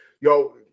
Yo